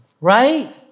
Right